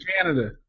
Canada